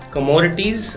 Commodities